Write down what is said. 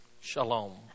shalom